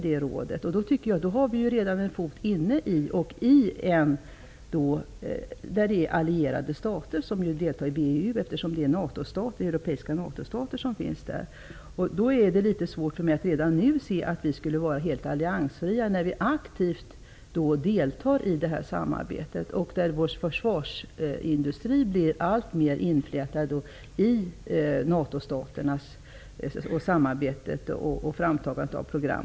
Då har vi ju en fot inne bland allierade stater; i VEU finns europeiska NATO stater. Det är därför svårt för mig att se att vi skulle vara alliansfria. Vi deltar ju aktivt i samarbetet. Vår försvarsindustri blir alltmer inflätad i samarbetet med NATO-staterna.